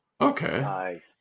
Okay